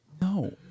no